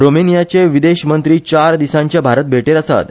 रोमानियाचे विदेश मंत्री चार दिसांच्या भारत भेटेर आसात